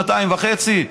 בממוצע כל שנתיים וחצי?